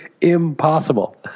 impossible